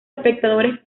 espectadores